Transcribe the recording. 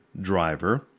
driver